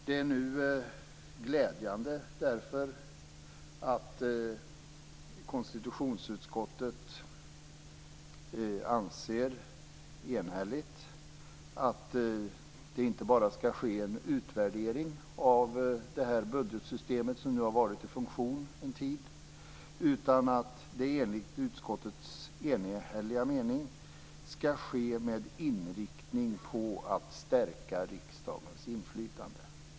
Det är därför glädjande att konstitutionsutskottet enhälligt anser inte bara att det skall ske en utvärdering av det budgetsystem som nu har varit i funktion en tid utan också att denna skall ske med inriktning på att stärka riksdagens inflytande.